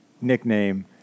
nickname